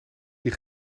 die